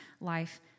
life